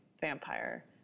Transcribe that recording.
vampire